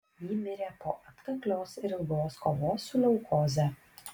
ji mirė po atkaklios ir ilgos kovos su leukoze